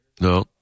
No